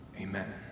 Amen